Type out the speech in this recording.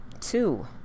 two